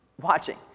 watching